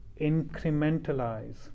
incrementalize